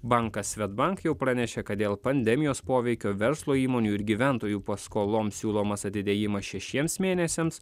bankas swedbank jau pranešė kad dėl pandemijos poveikio verslo įmonių ir gyventojų paskoloms siūlomas atidėjimas šešiems mėnesiams